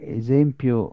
esempio